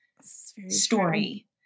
story